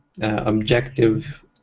objective